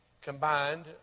combined